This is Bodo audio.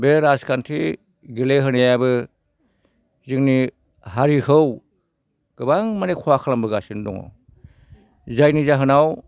बे राजखान्थि गेलेहोनायाबो जोंनि हारिखौ गोबां मानि खहा खालामबोगासिनो दङ जायनि जाहोनाव